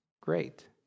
great